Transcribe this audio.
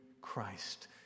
Christ